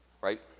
right